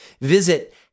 Visit